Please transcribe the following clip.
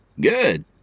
Good